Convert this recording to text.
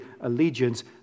allegiance